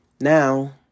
Now